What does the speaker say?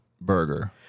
burger